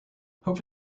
hope